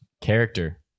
Character